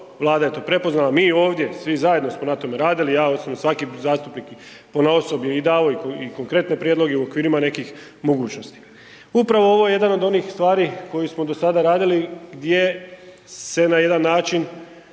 Vlada je to prepoznala, mi ovdje svi zajedno smo na tome radili i ja osobno i svaki zastupnik ponaosob je davao konkretne prijedloge i u okvirima nekih mogućnosti. Upravo je ovo jedna od onih stvari koje smo do sada radili gdje se na jedan način